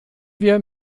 wir